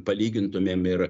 palygintumėm ir